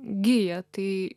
giją tai